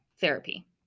therapy